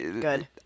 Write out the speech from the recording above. good